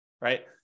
right